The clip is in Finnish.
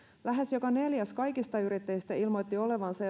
lähes joka neljäs kaikista yrittäjistä ilmoitti olevansa